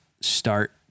start